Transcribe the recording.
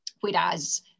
whereas